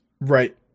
Right